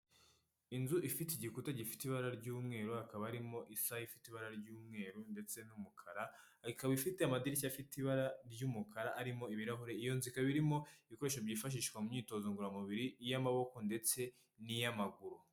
Inzu ifite igikuta gifite ibara ry'umweru, hakaba arimo isaha ifite ibara ry'umweru ndetse n'umukara, ikaba ifite amadirishya afite ibara ry'umukara arimo ibirahuri. Iyo nzu ikaba irimo ibikoresho byifashishwa mu myitozo ngororamubiri, iy'amaboko ndetse n'iy'amaguru.